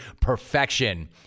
perfection